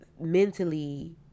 mentally